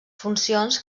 funcions